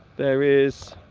there is